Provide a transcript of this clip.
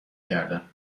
کردم